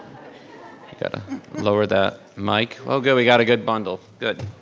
got to lower that mic. oh, good, we got a good bundle, good.